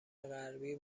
غربی